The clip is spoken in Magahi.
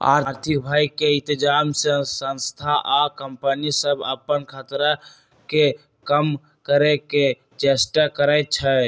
आर्थिक भय के इतजाम से संस्था आ कंपनि सभ अप्पन खतरा के कम करए के चेष्टा करै छै